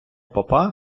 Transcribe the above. попа